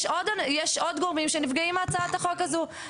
יש עוד גורמים שנפגעים מהצעת החוק הזאת.